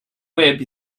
web